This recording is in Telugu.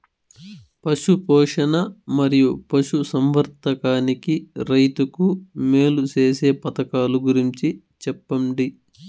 పశు పోషణ మరియు పశు సంవర్థకానికి రైతుకు మేలు సేసే పథకాలు గురించి చెప్పండి?